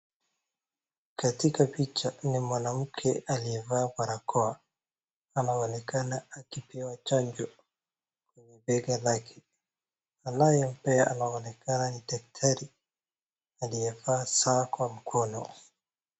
Katika picha ni mwanamke aliyevaa barakoa, anaonekana akipewa chanjo kwa bega lake. Anayempea anaonekana ni daktari anayevaa saa kwa mkono.